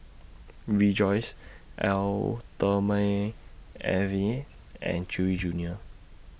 Rejoice Eau Thermale Avene and Chewy Junior